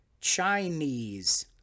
Chinese